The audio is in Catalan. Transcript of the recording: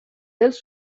dels